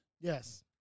Yes